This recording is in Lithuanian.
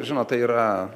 žinot tai yra